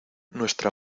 nuestra